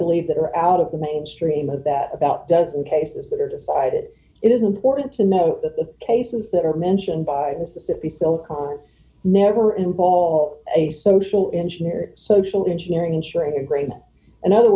believe that are out of the mainstream of that about dozen cases that are decided it is important to note that the cases that are mentioned by mississippi silicones never involve d a social engineering social engineering ensuring a grain in other